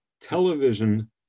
television